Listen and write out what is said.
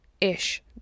ish